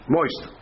Moist